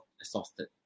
exhausted